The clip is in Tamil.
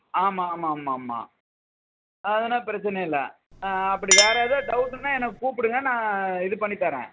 ஆமாம் ஆமாம் ஆமாம் ஆமாம் அது ஒன்றும் பிரச்சன இல்லை அப்படி வேற ஏதாது டௌட்டுனால் என்னை கூப்பிடுங்க நான் இது பண்ணி தர்றேன்